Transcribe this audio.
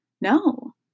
No